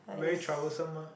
very troublesome mah